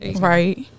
Right